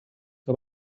que